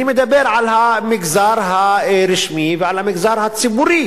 אני מדבר על המגזר הרשמי ועל המגזר הציבורי